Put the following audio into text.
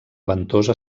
ventosa